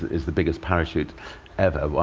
it's the biggest parachute ever,